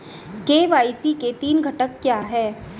KYC के तीन घटक क्या हैं?